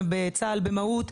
בצה"ל במהו"ת,